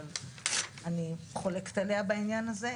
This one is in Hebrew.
אבל אני חולקת עליה בעניין הזה,